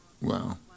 Wow